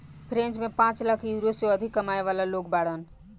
French में पांच lakh euro से अधिक कमाए वाला लोग बाड़न